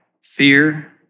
fear